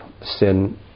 sin